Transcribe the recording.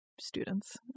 students